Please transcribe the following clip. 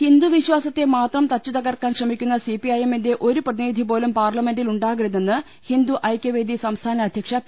ഹിന്ദു വിശ്വാസത്തെ മാത്രം തച്ചുതകർക്കാൻ ശ്രമിക്കുന്ന സിപി ഐഎമ്മിന്റെ ഒരു പ്രതിനിധി പോലും പാർലമെന്റിൽ ഉണ്ടാകരുതെന്ന് ഹിന്ദു ഐക്യവേദി സംസ്ഥാന അധ്യക്ഷ പി